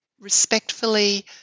respectfully